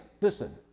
listen